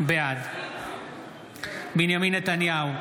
בעד בנימין נתניהו,